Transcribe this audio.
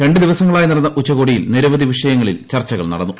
രണ്ട് ദിവസങ്ങളായി നടന്ന ഉച്ചകോടിയിൽ നിരവധി വിഷയങ്ങളിൽ ചർച്ചകൾ നടന്നു